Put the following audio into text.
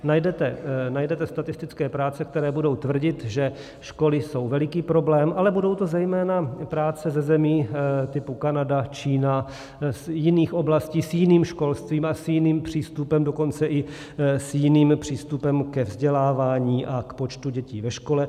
Najdete statistické práce, které budou tvrdit, že školy jsou veliký problém, ale budou to zejména práce ze zemí typu Kanada, Čína, z jiných oblastí, s jiným školstvím a s jiným přístupem, dokonce i s jiným přístupem ke vzdělávání a k počtu dětí ve škole.